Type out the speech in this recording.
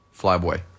Flyboy